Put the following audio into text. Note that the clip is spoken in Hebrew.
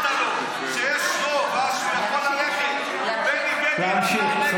שיש רוב, הוא יכול ללכת, מה שאתה רוצה אתה שוכח.